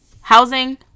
housing